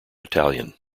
italian